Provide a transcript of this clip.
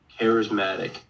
charismatic